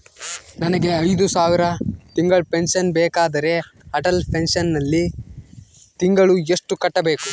ನನಗೆ ಐದು ಸಾವಿರ ತಿಂಗಳ ಪೆನ್ಶನ್ ಬೇಕಾದರೆ ಅಟಲ್ ಪೆನ್ಶನ್ ನಲ್ಲಿ ಪ್ರತಿ ತಿಂಗಳು ಎಷ್ಟು ಕಟ್ಟಬೇಕು?